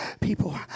People